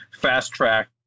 fast-track